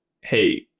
hey